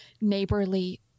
neighborly